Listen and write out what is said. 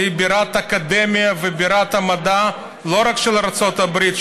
שהיא בירת אקדמיה ובירת המדע לא רק של ארצות הברית,